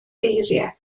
geiriau